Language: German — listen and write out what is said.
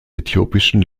äthiopischen